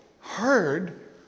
heard